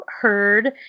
heard